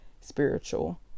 spiritual